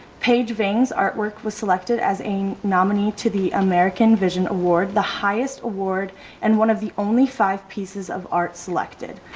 pageving's artwork was selected as a nominee to the american vision award, the highest award and one of the only five pieces of art selected.